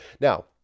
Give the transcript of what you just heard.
Now